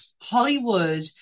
Hollywood